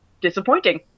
disappointing